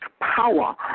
power